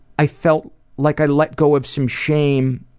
i felt like i let go of some shame.